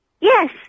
Yes